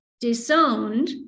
disowned